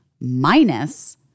minus